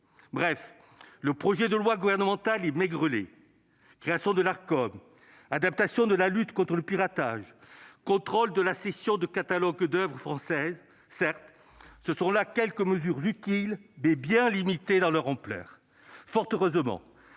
Bref, le projet de loi gouvernemental est maigrelet : création de l'Arcom, adaptation de la lutte contre le piratage, contrôle de la cession de catalogues d'oeuvres françaises. Certes, ce sont là quelques mesures utiles, mais bien limitées dans leur ampleur. Fort heureusement,